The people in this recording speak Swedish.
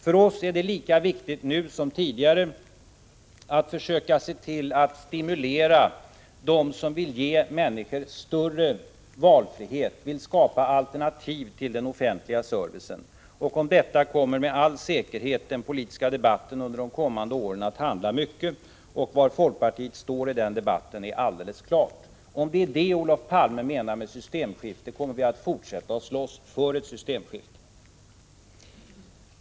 För oss är det lika viktigt nu som tidigare att försöka stimulera dem som vill ge människor större valfrihet, som vill skapa alternativ till den offentliga servicen. Om detta kommer med all säkerhet mycket av den politiska debatten under de närmaste åren att handla. Var folkpartiet står i den debatten är helt klart. Om det är detta som Olof Palme menar med systemskifte kommer vi att fortsätta att slåss för ett systemskifte.